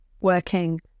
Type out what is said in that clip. working